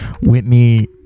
Whitney